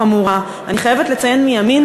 אני חייבת לציין,